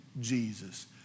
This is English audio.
Jesus